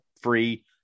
free